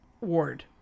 ward